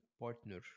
partner